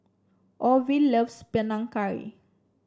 Orvil loves Panang Curry